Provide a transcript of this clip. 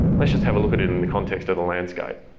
let's just have a look at it in the context of the landscape.